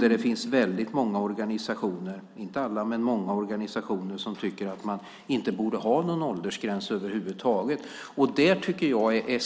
Det finns många organisationer - inte alla men många - som tycker att man inte borde ha någon åldersgräns över huvud taget. Det är